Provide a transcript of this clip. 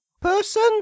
person